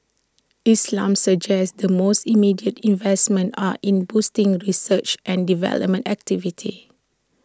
islam suggests the most immediate investments are in boosting research and development activity